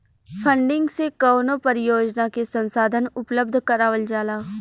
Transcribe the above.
funding से कवनो परियोजना के संसाधन उपलब्ध करावल जाला